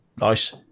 Nice